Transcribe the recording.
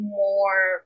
more